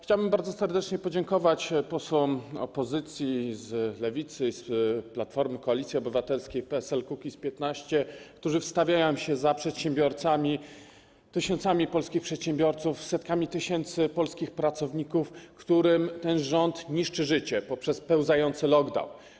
Chciałbym bardzo serdecznie podziękować posłom opozycji z Lewicy i z Platformy, Koalicji Obywatelskiej, PSL-u, Kukiz15, którzy wstawiają się za przedsiębiorcami, tysiącami polskich przedsiębiorców, setkami tysięcy polskich pracowników, którym ten rząd niszczy życie poprzez pełzający lockdown.